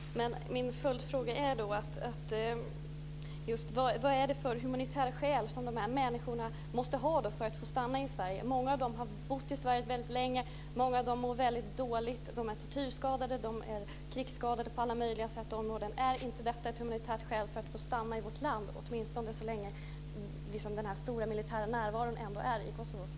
Fru talman! Min följdfråga är då: Vilka humanitära skäl måste dessa människor ha för att få stanna i Sverige? Många av dem har bott i Sverige väldigt länge. Många av dem mår väldigt dåligt. De är tortyrskadade, och de är krigsskadade på alla möjliga sätt. Är inte detta ett humanitärt skäl för att få stanna i vårt land åtminstone så länge som den här stora militära närvaron finns i Kosovo?